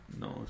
No